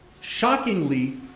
shockingly